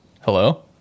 Hello